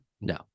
No